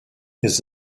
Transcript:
his